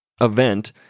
event